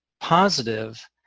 positive